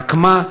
רק מה?